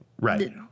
Right